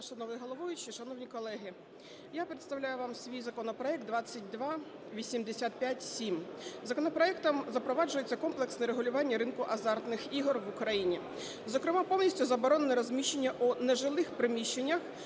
Доброго дня, шановний головуючий, шановні колеги, я представляю вам свій законопроект 2285-7. Законопроектом запроваджується комплексне регулювання ринку азартних ігор в Україні. Зокрема, повністю заборонено розміщення у нежилих приміщеннях,